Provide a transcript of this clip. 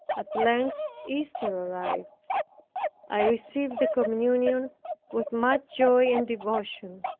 at length easter arrived i received the communion with much joy and devotion.